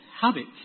habits